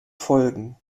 folgen